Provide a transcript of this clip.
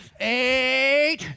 eight